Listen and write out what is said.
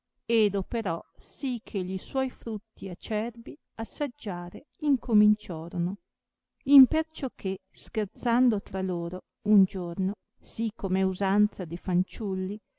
ed operò sì che gli suoi frutti acerbi assaggiare incominciorono imperciò che scherzando tra loro un giorno sì com'è usanza de fanciulli